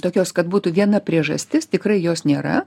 tokios kad būtų viena priežastis tikrai jos nėra